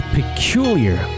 peculiar